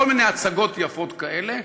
בכל מיני הצגות יפות כאלה.